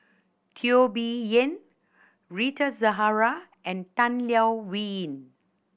Teo Bee Yen Rita Zahara and Tan Leo Wee Hin